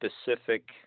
specific